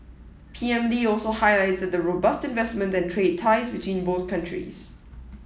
P M Lee also highlighted the robust investment and trade ties between both countries